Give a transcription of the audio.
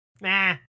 nah